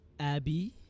Abby